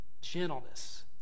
gentleness